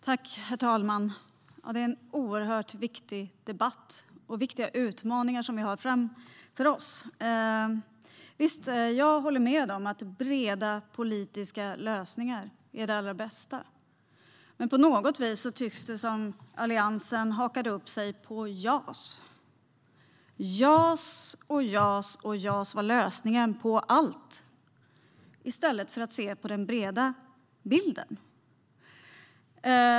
Herr talman! Detta är en oerhört viktig debatt och viktiga utmaningar som vi har framför oss. Visst, jag håller med om att breda politiska lösningar är det allra bästa. Men på något vis tycks det som att Alliansen har hakat upp sig på JAS. JAS, JAS och JAS var lösningen på allt i stället för att se på den breda bilden.